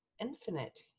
infinite